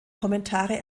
kommentare